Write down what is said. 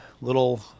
little